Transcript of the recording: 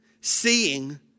seeing